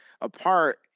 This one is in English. apart